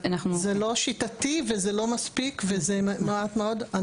זה לא שיטתי וזה לא מספיק וזה מעט מאוד.